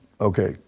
Okay